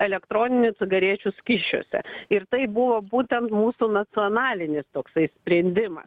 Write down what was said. elektroninių cigarečių skysčiuose ir tai buvo būtent mūsų nacionalinis toksai sprendimas